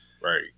Right